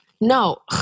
No